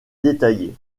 détaillé